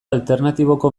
alternatiboko